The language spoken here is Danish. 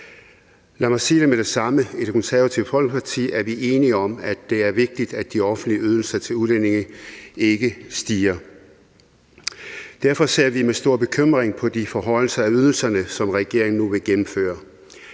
Lad mig sige det med det samme: I Det Konservative Folkeparti er vi enige om, at det er vigtigt, at de offentlige ydelser til udlændinge ikke stiger, og derfor ser vi med stor bekymring på de forhøjelser af ydelserne, som regeringen nu vil gennemføre.